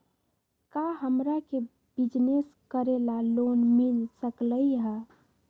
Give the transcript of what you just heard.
का हमरा के बिजनेस करेला लोन मिल सकलई ह?